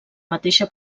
mateixa